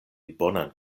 bonan